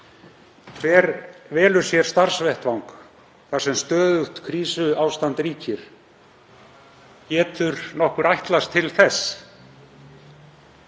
Hver velur sér starfsvettvang þar sem stöðugt krísuástand ríkir? Getur nokkur ætlast til þess?